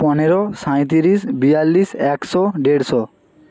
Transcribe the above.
পনেরো সাঁইত্রিশ বিয়াল্লিশ একশো দেড়শো